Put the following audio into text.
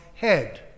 head